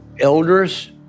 elders